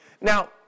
Now